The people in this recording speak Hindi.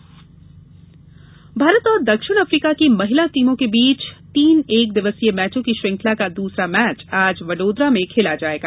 महिला किकेट भारत और दक्षिण अफ्रीका की महिला टीम के बीच तीन एक दिवसीय मैचों की श्रृंखला का दूसरा मैच आज वडोदरा में खेला जाएगा